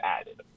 added